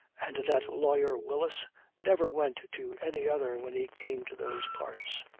and that lawyer willis never went to any other when he came to those parts.